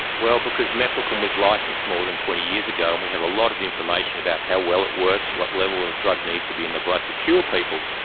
well, because mefloquine was licensed more than twenty years ago and we have a lot of information about how well it works, what level of drug needs to be in the blood to cure people.